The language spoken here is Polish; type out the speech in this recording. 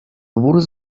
wór